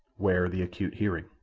where the acute hearing?